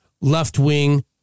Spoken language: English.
left-wing